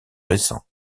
récents